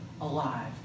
alive